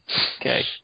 okay